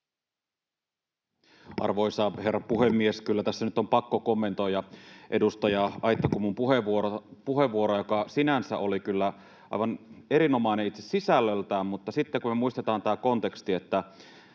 Arvoisa herra puhemies! Kyllä tässä nyt on pakko kommentoida edustaja Aittakummun puheenvuoroa, joka sinänsä oli kyllä aivan erinomainen itse sisällöltään, mutta sitten kun me muistetaan tämä konteksti, että